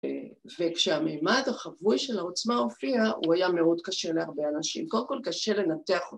וכשהמימד החבוי של העוצמה הופיע הוא היה מאוד קשה להרבה אנשים, קודם כל קשה לנתח אותו